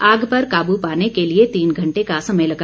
आग पर काबू पाने के लिए तीन घंटे का समय लगा